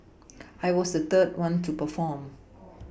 I was the third one to perform